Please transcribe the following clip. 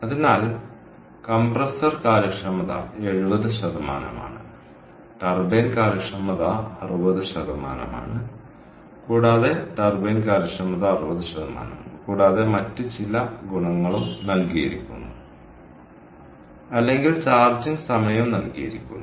അതിനാൽ കംപ്രസ്സർ കാര്യക്ഷമത 70 ആണ് ടർബൈൻ കാര്യക്ഷമത 60 ആണ് കൂടാതെ ടർബൈൻ കാര്യക്ഷമത 60 ആണ് കൂടാതെ മറ്റ് ചില ഗുണങ്ങളും നൽകിയിരിക്കുന്നു അല്ലെങ്കിൽ ചാർജിംഗ് സമയവും നൽകിയിരിക്കുന്നു